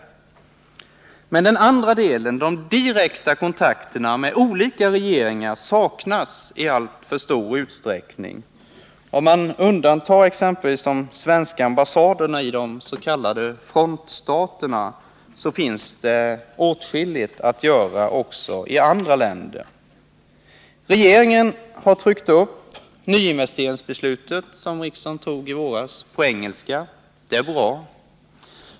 7 Men den andra delen, de direkta kontakterna med olika regeringar, saknas i alltför stor utsträckning. Om man undantar de svenska ambassaderna i de s.k. frontstaterna, så finns det åtskilligt att göra också i andra länder. Regeringen har tryckt upp beslutet om förbud mot nyinvesteringar, som riksdagen fattade i våras, på engelska. Det är bra.